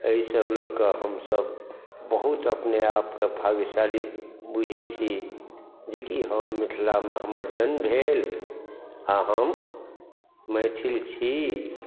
एहि सभ लकऽ हमसभ बहुत अपने आपके भाग्यशाली बुझैत छी जे कि हम मिथिलामे हमर जन्म भेल आ हम मैथिल छी